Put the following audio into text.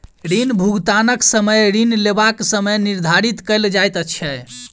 ऋण भुगतानक समय ऋण लेबाक समय निर्धारित कयल जाइत छै